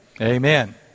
Amen